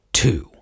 two